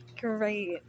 Great